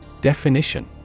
Definition